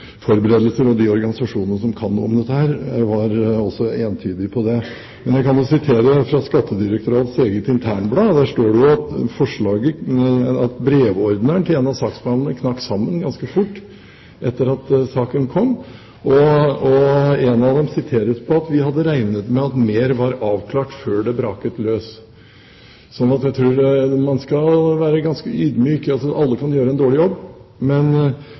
forberedelser, og de organisasjonene som kan noe om dette, var også entydige på det. I Skattedirektoratets eget internblad står det at brevordneren til en av saksbehandlerne knakk sammen ganske fort etter at saken kom, og man sier at man hadde regnet med at mer var avklart før det braket løs. Så jeg tror man skal være ganske ydmyk. Alle kan gjøre en dårlig jobb, men